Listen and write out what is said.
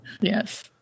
Yes